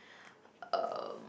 um